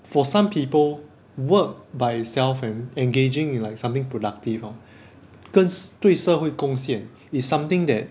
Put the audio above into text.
for some people work by itself and engaging in like something productive hor 跟对社会贡献 is something that